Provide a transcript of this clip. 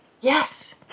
Yes